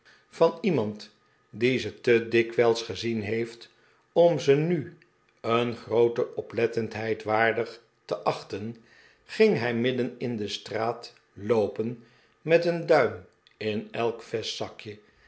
van vervallen grootheid iemand die ze te dikwijls gezien heeft om ze nu een groote oplettendheid waardig te achten ging hi midden in de straat loopen met een duim in elk